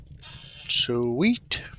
Sweet